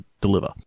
deliver